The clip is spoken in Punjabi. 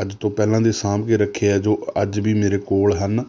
ਅੱਜ ਤੋਂ ਪਹਿਲਾਂ ਦੇ ਸਾਂਭ ਕੇ ਰੱਖੇ ਆ ਜੋ ਅੱਜ ਵੀ ਮੇਰੇ ਕੋਲ ਹਨ